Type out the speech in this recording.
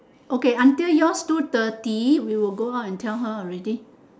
okay until yours two thirty we will go out and tell her already